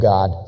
God